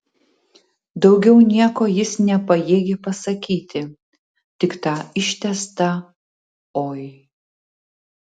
daugiau nieko jis nepajėgė pasakyti tik tą ištęstą oi